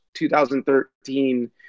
2013